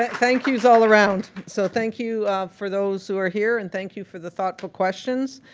thank-yous all around. so thank you for those who are here and thank you for the thoughtful questions.